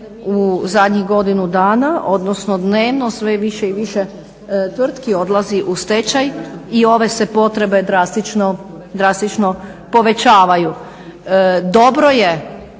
u zadnjih godinu dana, odnosno dnevno sve više i više tvrtki odlazi u stečaj i ove se potrebe drastično povećavaju. Dobro je